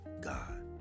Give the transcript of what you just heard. God